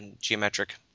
geometric